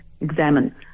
examine